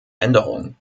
änderung